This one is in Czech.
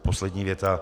Poslední věta.